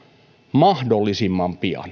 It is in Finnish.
mahdollisimman pian